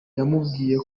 yamubwiye